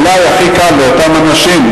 אולי הכי קל לאותם אנשים,